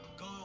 Go